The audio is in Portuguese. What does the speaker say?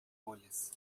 bolhas